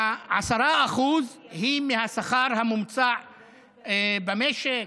ה-10% הוא מהשכר הממוצע במשק,